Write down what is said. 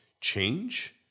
change